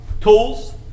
tools